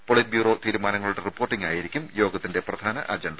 polit bureau തീരുമാനങ്ങളുടെ റിപ്പോർട്ടിംഗായിരിക്കും യോഗത്തിന്റെ പ്രധാന അജണ്ട